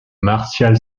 martial